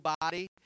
body